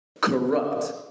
corrupt